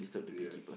yes